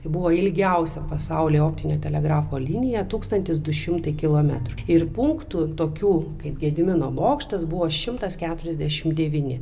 buvo ilgiausia pasaulyje optinio telegrafo linija tūkstantis du šimtai kilometrų ir punktų tokių kaip gedimino bokštas buvo šimtas keturiasdešimt devyni